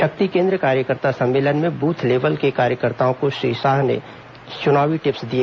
शक्ति केंद्र कार्यकर्ता सम्मेलन में बूथ लेवल के कार्यकर्ताओं को श्री शाह ने चुनावी टिप्स दिए